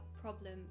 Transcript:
problem